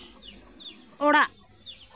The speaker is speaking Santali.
ᱚᱲᱟᱜ